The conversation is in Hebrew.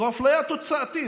זו אפליה תוצאתית.